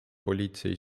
politsei